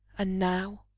and now,